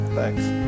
Thanks